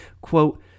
quote